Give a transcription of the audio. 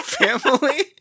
family